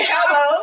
Hello